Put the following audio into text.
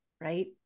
right